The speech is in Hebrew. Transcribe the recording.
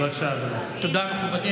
בבקשה, אדוני.